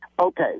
Okay